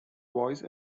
voice